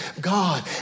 God